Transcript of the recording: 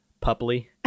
puppy